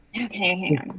Okay